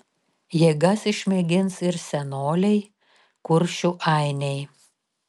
jėgas išmėgins ir senoliai kuršių ainiai